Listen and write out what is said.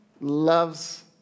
loves